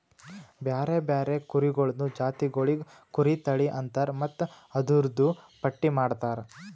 ಬ್ಯಾರೆ ಬ್ಯಾರೆ ಕುರಿಗೊಳ್ದು ಜಾತಿಗೊಳಿಗ್ ಕುರಿ ತಳಿ ಅಂತರ್ ಮತ್ತ್ ಅದೂರ್ದು ಪಟ್ಟಿ ಮಾಡ್ತಾರ